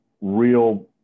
real